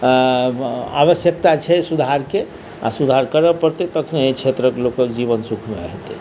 आवश्यकता छै सुधारके आ सुधार करय पड़तै तखनहि एहि क्षेत्रक लोकक जीवन सुखमय हेतै